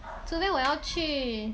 昨天我要去